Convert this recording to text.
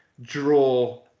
draw